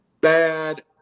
bad